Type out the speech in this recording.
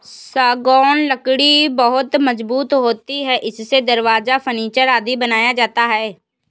सागौन लकड़ी बहुत मजबूत होती है इससे दरवाजा, फर्नीचर आदि बनाया जाता है